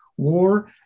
war